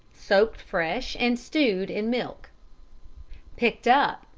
soaked fresh, and stewed in milk picked up,